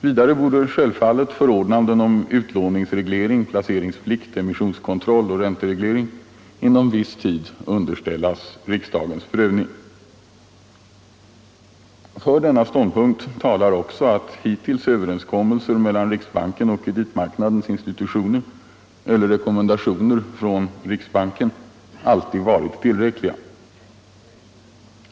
Vidare borde självfallet förordnanden om utlåningsreglering, placeringsplikt, emissionskontroll och räntereglering inom viss tid underställas riks dagens prövning. För denna ståndpunkt talar också att hittills överenskommelser mellan riksbanken och kreditmarknadens institutioner, eller rekommendationer från riksbanken, alltid varit tillräckliga.